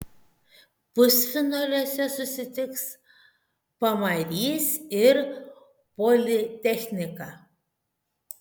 pusfinaliuose susitiks pamarys ir politechnika